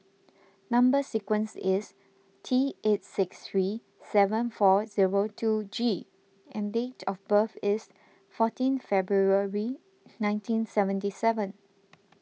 Number Sequence is T eight six three seven four zero two G and date of birth is fourteen February nineteen seventy seven